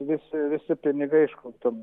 visi visi pinigai aišku ten